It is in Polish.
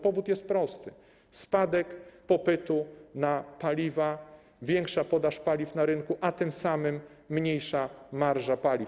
Powód jest prosty: spadek popytu na paliwa, większa podaż paliw na rynku, a tym samym mniejsza marża paliw.